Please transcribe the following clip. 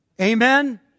Amen